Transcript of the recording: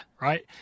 right